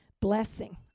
blessing